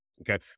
Okay